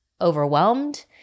overwhelmed